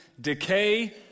decay